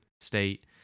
state